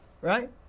right